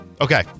Okay